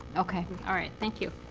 ok, all right. thank you.